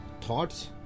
Thoughts